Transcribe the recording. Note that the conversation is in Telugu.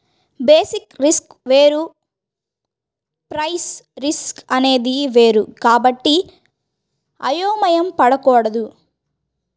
బేసిస్ రిస్క్ వేరు ప్రైస్ రిస్క్ అనేది వేరు కాబట్టి అయోమయం పడకూడదు